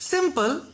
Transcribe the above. Simple